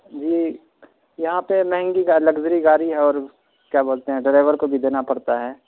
جی یہاں پہ نا انڈیکا لگزری گاڑی ہے اور کیا بولتے ہیں ڈرائیور کو بھی دینا پڑتا ہے